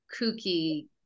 kooky